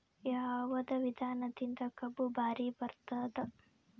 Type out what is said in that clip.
ಯಾವದ ವಿಧಾನದಿಂದ ಕಬ್ಬು ಭಾರಿ ಬರತ್ತಾದ?